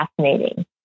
fascinating